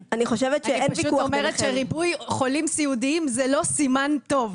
אני פשוט אומרת שריבוי חולים סיעודיים זה לא סימן טוב,